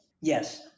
Yes